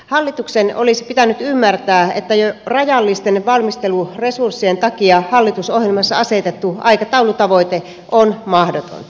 hallituksen olisi pitänyt ymmärtää että jo rajallisten valmisteluresurssien takia hallitusohjelmassa asetettu aikataulutavoite on mahdoton